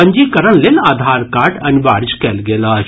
पंजीकरण लेल आधार कार्ड अनिवार्य कयल गेल अछि